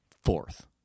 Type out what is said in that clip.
fourth